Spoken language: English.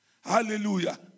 Hallelujah